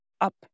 up